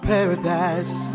Paradise